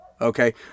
Okay